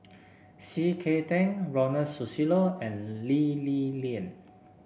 C K Tang Ronald Susilo and Lee Li Lian